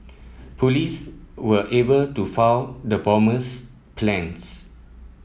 police were able to foil the bomber's plans